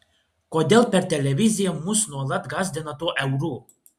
kodėl per televiziją mus nuolat gąsdina tuo euru